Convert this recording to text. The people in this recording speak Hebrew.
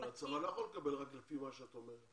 אבל הצבא לא יכול לקבל רק לפי מה שאת אומרת.